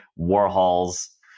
Warhol's